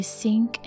sink